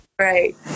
right